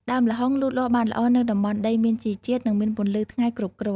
ដើមល្ហុងលូតលាស់បានល្អនៅតំបន់ដីមានជីជាតិ និងមានពន្លឺថ្ងៃគ្រប់គ្រាន់។